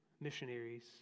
missionaries